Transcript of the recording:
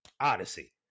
Odyssey